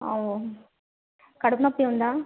కడుపు నొప్పి ఉందా